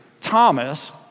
Thomas